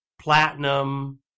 platinum